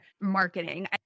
marketing